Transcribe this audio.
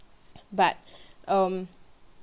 but um